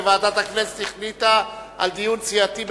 ועדת הכנסת החליטה לקיים דיון סיעתי,